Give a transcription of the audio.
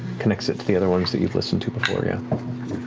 connects it to the other ones that you've listened to before, yeah.